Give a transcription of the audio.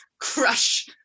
Crush